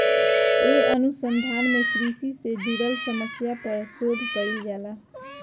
ए अनुसंधान में कृषि से जुड़ल समस्या पर शोध कईल जाला